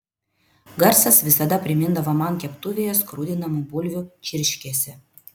garsas visada primindavo man keptuvėje skrudinamų bulvių čirškesį